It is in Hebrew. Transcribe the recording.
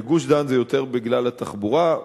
בגוש-דן זה יותר בגלל התחבורה,